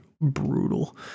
brutal